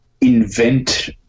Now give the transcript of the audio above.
invent